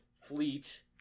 fleet